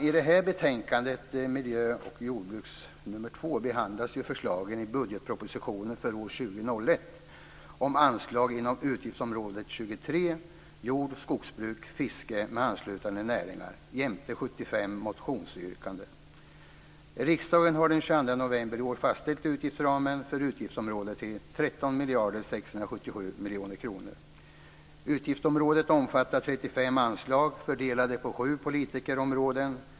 I det här betänkandet, MJU2, behandlas förslagen i budgetpropositionen för år 2001 kronor. Utgiftsområdet omfattar 35 anslag fördelade på sju politikområden.